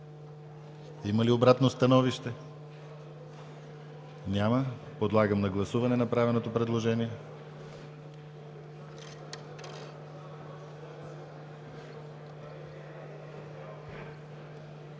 Има ли обратно становище? Няма. Подлагам на гласуване направеното предложение.